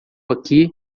aqui